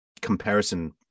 comparison